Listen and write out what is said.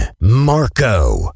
Marco